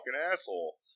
asshole